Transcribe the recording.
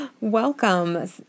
Welcome